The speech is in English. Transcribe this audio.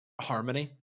harmony